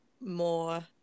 more